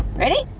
ready?